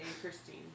Christine